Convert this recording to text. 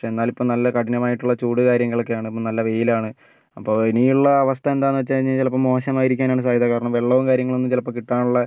പക്ഷേ എന്നാൽ ഇപ്പം നല്ല കഠിനമായിട്ടുള്ള ചൂട് കാര്യങ്ങൾ ഒക്കെയാണ് ഇപ്പം നല്ല വെയിലാണ് അപ്പോൾ ഇനിയുള്ള അവസ്ഥ എന്താന്ന് വെച്ചാൽ കഴിഞ്ഞാ ചെലപ്പം മോശം ആയിരിക്കാനാണ് സാധ്യത കാരണം വെള്ളോം കാര്യങ്ങളൊന്നും ചിലപ്പം കിട്ടാനുള്ള